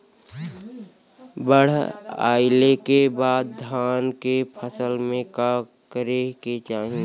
बाढ़ आइले के बाद धान के फसल में का करे के चाही?